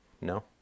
no